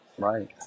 Right